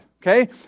okay